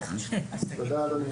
תודה אדוני,